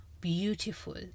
beautiful